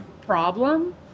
problem